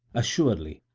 assuredly,